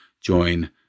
join